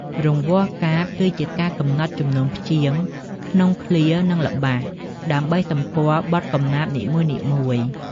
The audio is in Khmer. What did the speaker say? រង្វាស់កាព្យ គឺជាការកំណត់ចំនួនព្យាង្គក្នុងឃ្លា និងល្បះ ដើម្បីសម្គាល់បទកំណាព្យនីមួយៗ។